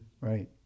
Right